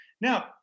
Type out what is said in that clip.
Now